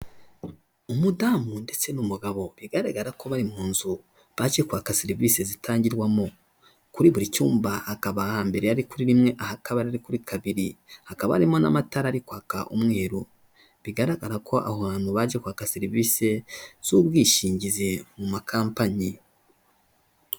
Umudamu ndetse n'umugabo bigaragara ko bari mu nzu baje kwaka serivisi zitangirwamo. Kuri buri cyumba hakaba hambere ari kuri rimwe, aha akabiri ari kuri kabiri, hakaba harimo n'amatara ariko kwaka umweru. Bigaragara ko aho hantu baje kuhaka serivise z'ubwishingizi mu makampani.